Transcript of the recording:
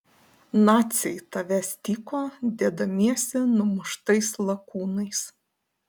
naciai tavęs tyko dėdamiesi numuštais lakūnais